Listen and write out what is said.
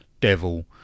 Devil